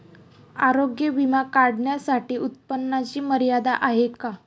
आरोग्य विमा काढण्यासाठी उत्पन्नाची मर्यादा आहे का?